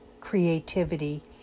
creativity